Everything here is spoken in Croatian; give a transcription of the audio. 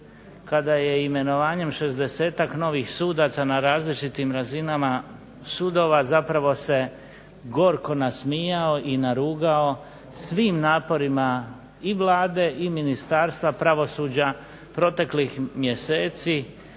kada je i imenovanjem šezdesetak novih sudaca na različitim razinama sudova zapravo se gorko nasmijao i narugao svim naporima i Vlade i Ministarstva pravosuđa proteklih mjeseci